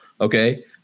Okay